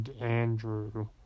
Andrew